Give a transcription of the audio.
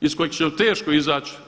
iz kojeg ćemo teško izać.